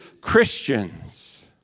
Christians